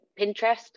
Pinterest